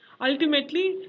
Ultimately